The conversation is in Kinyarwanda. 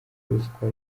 ruswa